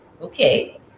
okay